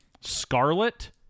Scarlet